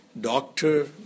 doctor